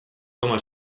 koma